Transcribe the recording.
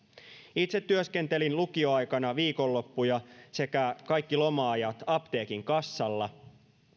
itse työskentelin lukioaikana viikonloppuja sekä kaikki loma ajat apteekin kassalla